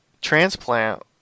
transplant